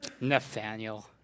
Nathaniel